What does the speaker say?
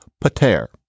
pater